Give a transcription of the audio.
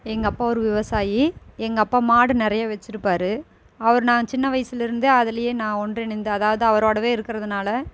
எங்கள் அப்பா ஒரு விவசாயி எங்கள் அப்பா மாடு நிறையா வைச்சிருப்பாரு அவர் நான் சின்ன வயசுலேருந்து அதுலேயே நான் ஒன்றிணைந்து அதாவது அவரோடவே இருக்கிறதுனால